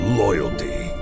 loyalty